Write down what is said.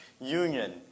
union